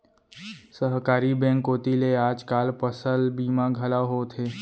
सहकारी बेंक कोती ले आज काल फसल बीमा घलौ होवथे